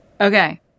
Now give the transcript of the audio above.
Okay